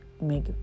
make